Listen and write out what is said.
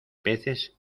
peces